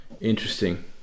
interesting